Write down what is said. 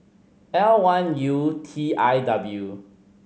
L one U T I W